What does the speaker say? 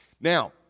Now